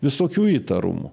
visokių įtarumų